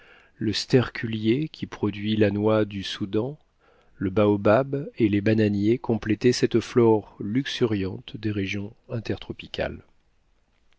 le sterculier qui produit la noix du soudan le baobab et les bananiers complétaient cette flore luxuriante des régions